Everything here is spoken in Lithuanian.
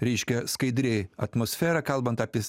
reiškia skaidri atmosfera kalbant apie